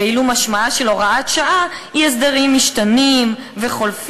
ואילו משמעה של הוראת שעה הוא הסדרים משתנים וחולפים",